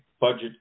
budget